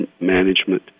management